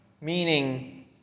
meaning